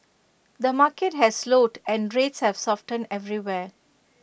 the market has slowed and rates have softened everywhere